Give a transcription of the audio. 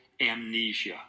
amnesia